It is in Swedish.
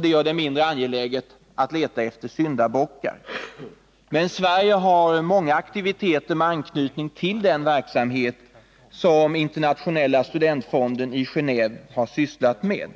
Det gör det mindre angeläget att leta efter syndabockar. Men Sverige har många aktiviteter med anknytning till den verksamhet som Internationella studentfonden i Geneve har sysslat med.